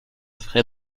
frais